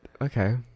okay